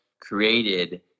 created